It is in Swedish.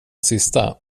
sista